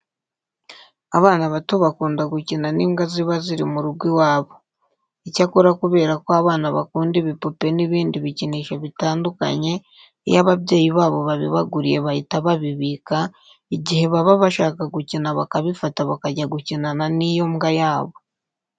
Abana bato bakunda gukina n'imbwa ziba ziri mu rugo iwabo. Icyakora kubera ko abana bakunda ibipupe n'ibindi bikinisho bitandukanye, iyo ababyeyi babo babibaguriye bahita babibika, igihe baba bashaka gukina bakabifata bakajya gukinana n'iyo mbwa yabo.